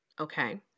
Okay